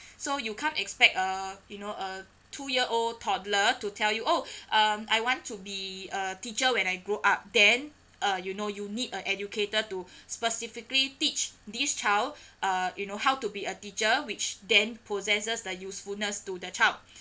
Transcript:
so you can't expect uh you know a two year old toddler to tell you oh um I want to be a teacher when I grow up then uh you know you need an educator to specifically teach this child uh you know how to be a teacher which then possesses the usefulness to the child